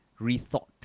rethought